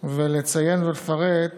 ולציין ולפרט